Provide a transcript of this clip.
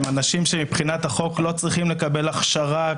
הם אנשים שמבחינת החוק לא צריכים לקבל הכשרה,